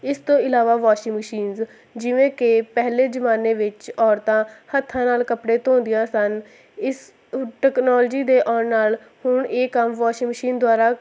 ਇਸ ਤੋਂ ਇਲਾਵਾ ਵਾਸ਼ਿੰਗ ਮਸ਼ੀਨਸ ਜਿਵੇਂ ਕਿ ਪਹਿਲੇ ਜ਼ਮਾਨੇ ਵਿੱਚ ਔਰਤਾਂ ਹੱਥਾਂ ਨਾਲ ਕੱਪੜੇ ਧੋਂਦੀਆਂ ਸਨ ਇਸ ਟੈਕਨੋਲਜੀ ਦੇ ਆਉਣ ਨਾਲ ਹੁਣ ਇਹ ਕੰਮ ਵਾਸ਼ਿੰਗ ਮਸ਼ੀਨ ਦੁਆਰਾ